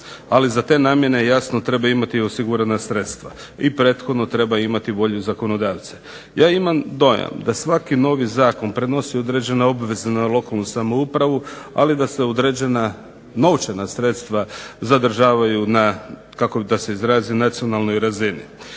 ali za te namjene jasno treba imati osigurana sredstva. I prethodno treba imati volju zakonodavca. Ja imam dojam da svaki novi zakon prenosi određene obveze na lokalnu samoupravu ali da se određena novčana sredstva zadržavaju na kako da se izrazim nacionalnoj razini.